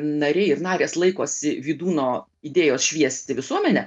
nariai ir narės laikosi vydūno idėjos šviesti visuomenę